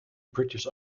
british